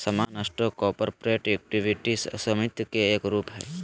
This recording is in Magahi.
सामान्य स्टॉक कॉरपोरेट इक्विटी स्वामित्व के एक रूप हय